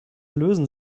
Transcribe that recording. lösen